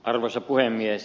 arvoisa puhemies